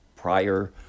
prior